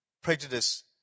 prejudice